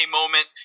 moment